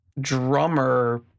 Drummer